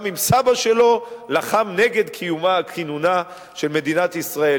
גם אם סבא שלו לחם נגד קיומה וכינונה של מדינת ישראל.